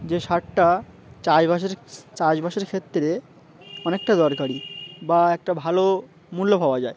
যে শার্টটা চাষবাসের চাষবাসের ক্ষেত্রে অনেকটা দরকারি বা একটা ভালো মূল্য পাওয়া যায়